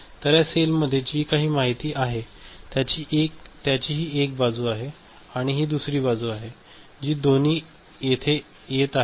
तर या सेलमध्ये जी काही माहिती आहे त्याची की ही एक बाजू आहे आणि ही दुसरी बाजू आहे जी दोन्ही येथे येत आहेत